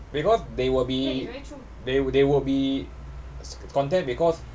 because they will be they they will be content because